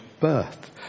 birth